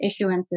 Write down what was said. issuances